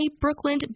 Brooklyn